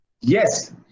Yes